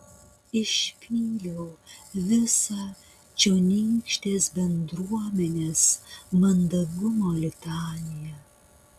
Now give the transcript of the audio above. išpyliau visą čionykštės bendruomenės mandagumo litaniją